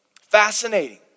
Fascinating